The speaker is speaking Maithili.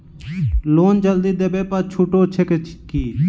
लोन जल्दी देबै पर छुटो छैक की?